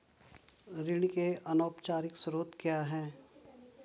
ऋण के अनौपचारिक स्रोत क्या हैं?